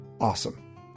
awesome